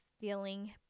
feeling